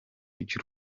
ry’u